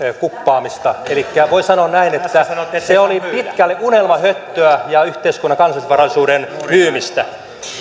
kuppaamista elikkä voi sanoa näin että se oli pitkälle unelmahöttöä ja yhteiskunnan kansallisvarallisuuden myymistä